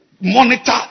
Monitor